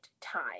time